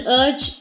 urge